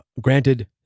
Granted